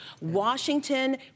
Washington